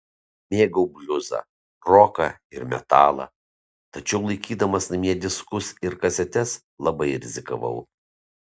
mėgau bliuzą roką ir metalą tačiau laikydamas namie diskus ir kasetes labai rizikavau